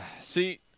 see